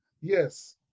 Yes